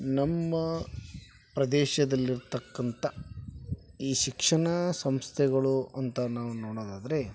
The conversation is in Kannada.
ನಮ್ಮ ಪ್ರದೇಶದಲ್ಲಿರತಕ್ಕಂಥ ಈ ಶಿಕ್ಷಣ ಸಂಸ್ಥೆಗಳು ಅಂತ ನಾವು ನೋಡೋದಾದರೆ